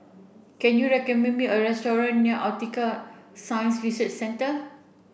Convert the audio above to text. can you recommend me a restaurant near Aquatic Science Research Centre